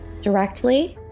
directly